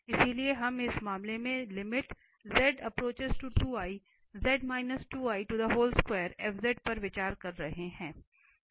इसलिए हम इस मामले में पर विचार कर रहे हैं